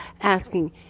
asking